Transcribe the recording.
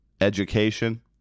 education